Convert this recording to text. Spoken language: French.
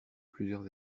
plusieurs